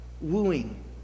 wooing